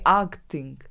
acting